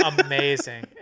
amazing